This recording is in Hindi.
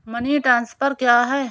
मनी ट्रांसफर क्या है?